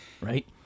right